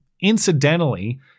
incidentally